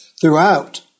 throughout